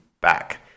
back